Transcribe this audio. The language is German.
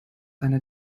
einer